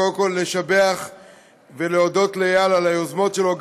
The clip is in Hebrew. קודם כול לשבח ולהודות לאיל על היוזמות שלו,